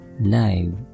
live